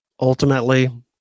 ultimately